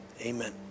amen